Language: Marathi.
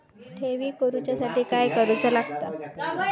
ठेवी करूच्या साठी काय करूचा लागता?